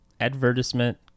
advertisement